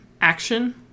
action